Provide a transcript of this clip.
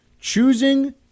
choosing